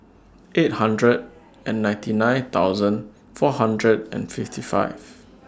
eight hundred and ninety nine thousand four hundred and fifty five